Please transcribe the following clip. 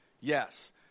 Yes